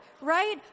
Right